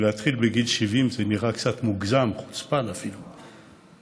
ולהתחיל בגיל 70, זה נראה קצת מוגזם, אפילו חוצפה.